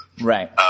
Right